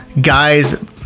guys